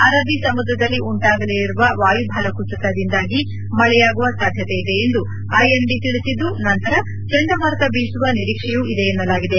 ಅರಬ್ಬಿ ಸಮುದ್ರದಲ್ಲಿ ಉಂಟಾಗಲಿರುವ ವಾಯುಭಾರ ಕುಸಿತದಿಂದಾಗಿ ಮಳೆಯಾಗುವ ಸಾಧ್ಯತೆ ಇದೆ ಎಂದು ಐಎಂದಿ ತಿಳಿಸಿದ್ದು ನಂತರ ಚಂಡಮಾರುತ ಬೀಸುವ ನಿರೀಕ್ಷೆ ಇದೆ ಎನ್ನಲಾಗಿದೆ